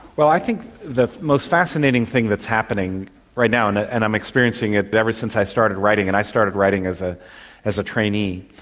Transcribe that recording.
well, i think the most fascinating thing that's happening right now, and and i'm experiencing it ever since i started writing, and i started writing as ah as a trainee,